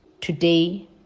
today